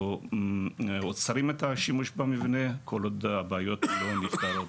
אנחנו עוצרים את השימוש במבנה כל עוד הבעיות לא נפתרות.